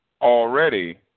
already